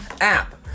app